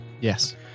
yes